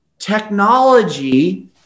Technology